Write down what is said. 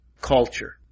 culture